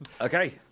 okay